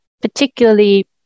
particularly